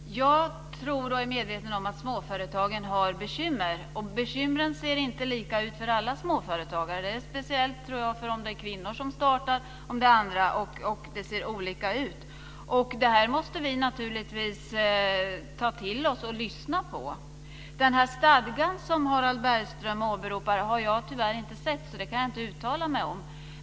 Herr talman! Jag tror, och är medveten om, att småföretagen har bekymmer. Bekymren ser inte likadana ut för alla småföretagare. Jag tror att det är speciellt om det är kvinnor som startar eller om det är andra. Det ser olika ut. Det här måste vi naturligtvis ta till oss och lyssna på. Den stadga som Harald Bergström åberopar har jag tyvärr inte sett, så den kan jag inte uttala mig om.